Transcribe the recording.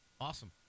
Awesome